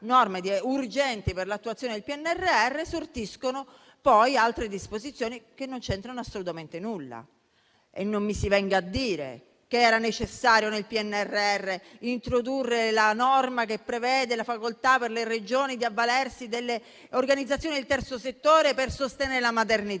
urgenti per l'attuazione del PNRR", sortiscono poi altre disposizioni che non c'entrano assolutamente nulla. E non mi si venga a dire che era necessario introdurre nel PNRR la norma che prevede la facoltà per le Regioni di avvalersi delle organizzazioni del terzo settore per sostenere la maternità.